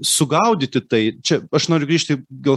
sugaudyti tai čia aš noriu grįžti dėl